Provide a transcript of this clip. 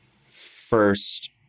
first